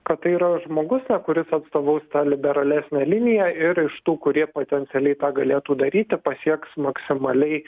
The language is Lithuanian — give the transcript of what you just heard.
kad tai yra žmogus na kuris atstovaus liberalesnę liniją ir iš tų kurie potencialiai tą galėtų daryti pasieks maksimaliai